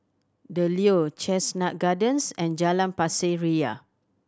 The Leo Chestnut Gardens and Jalan Pasir Ria